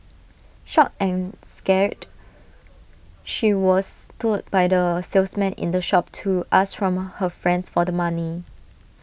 shocked and scared she was told by the salesman in the shop to ask from her friends for the money